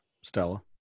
Stella